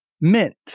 Mint